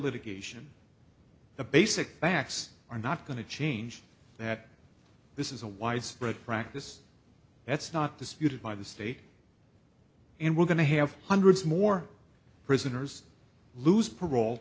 litigation the basic facts are not going to change that this is a widespread practice that's not disputed by the state and we're going to have hundreds more prisoners lose parole